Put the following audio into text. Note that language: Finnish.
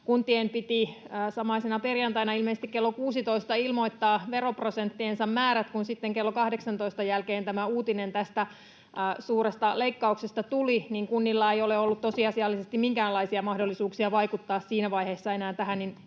kuntien piti samaisena perjantaina ilmeisesti kello 16 ilmoittaa veroprosenttiensa määrät, kun sitten kello 18 jälkeen tämä uutinen tästä suuresta leikkauksesta tuli, niin kunnilla ei ole ollut tosiasiallisesti minkäänlaisia mahdollisuuksia vaikuttaa siinä vaiheessa enää tähän,